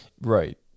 right